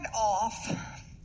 off